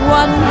one